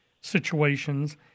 situations